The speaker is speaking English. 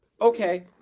okay